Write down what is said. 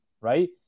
right